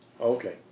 Okay